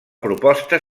proposta